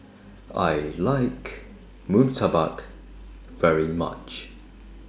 I like Murtabak very much